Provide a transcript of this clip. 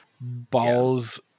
balls